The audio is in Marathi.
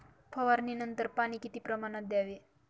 फवारणीनंतर पाणी किती प्रमाणात द्यावे?